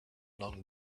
along